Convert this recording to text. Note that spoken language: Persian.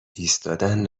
ایستادن